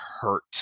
hurt